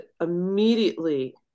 immediately